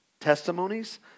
testimonies